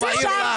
לא מעיר לך,